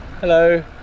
Hello